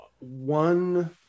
one